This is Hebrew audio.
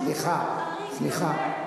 סליחה,